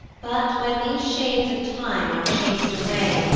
but when these shades of time are chas'd away,